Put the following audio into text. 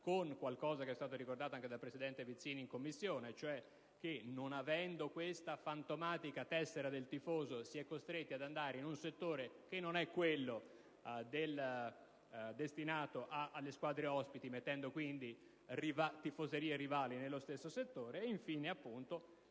con la conseguenza ricordata anche dal presidente Vizzini in Commissione. Infatti, non avendo questa fantomatica tessera del tifoso si è costretti ad andare in un settore che non è quello destinato alle squadre ospiti, mettendo così tifoserie rivali nello stesso settore. Chiedo infine di